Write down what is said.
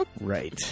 Right